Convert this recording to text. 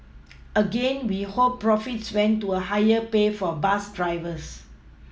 again we hope profits went to a higher pay for bus drivers